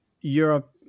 Europe